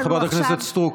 חברת הכנסת סטרוק,